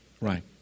Right